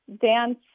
dance